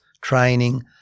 training